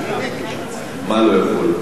מה "לא יכול"?